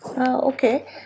Okay